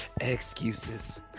Excuses